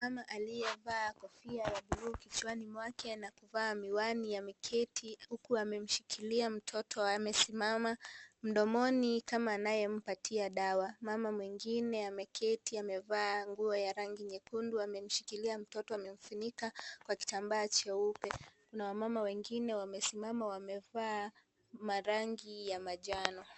Mama aliyevaa kofia ya buluu kichwani mwake na kuvaa miwani ameketi huku amemshikilia mtoto amesimama mdomoni kama anayempatia dawa. Mama mwingine ameketi amevaa nguo ya rangi nyekundu amemshikilia mtoto amemfunika kwa kitambaa cheupe, kuna wamama wengine wamesimama wamevaa marangi ya manjano.